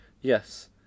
Yes